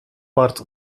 port